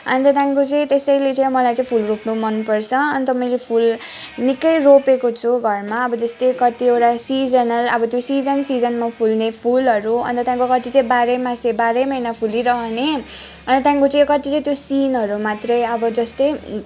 अन्त त्यहाँदेखिको चाहिँ त्यसैले चाहिँ मलाई फुल रोप्नु मन पर्छ अन्त मैले फुल निक्कै रोपेको छु घरमा अब त्यस्तै कतिवटा सिजनल त्यो सिजन सिजनमा फुल्ने फुलहरू अन्त कति चाहिँ बाह्रै मासे बाह्रै महिना फुलीरहने अन्त त्यहाँदेखिको चाहिँ कति चाहिँ त्यो सिनहरू मात्रै अब जस्तै